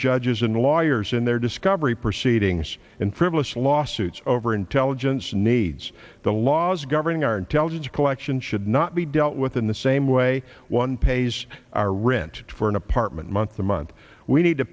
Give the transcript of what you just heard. judges and lawyers in their discovery proceedings and frivolous lawsuits over intelligence needs the laws governing our intelligence collection should not be dealt with in the same way one pays our rent for an apartment month a month we need to